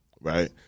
right